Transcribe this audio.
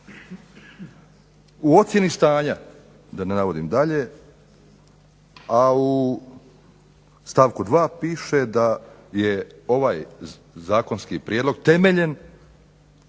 u ocjeni stanja da ne navodim dalje, a u stavku 2. piše da je ovaj zakonski prijedlog temeljen